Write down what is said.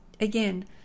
Again